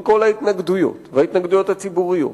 עם כל ההתנגדויות וההתנגדויות הציבוריות,